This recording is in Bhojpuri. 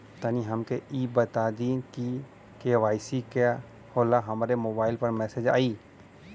तनि हमके इ बता दीं की के.वाइ.सी का होला हमरे मोबाइल पर मैसेज आई?